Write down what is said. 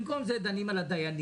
במקום זה דנים על הדיינים,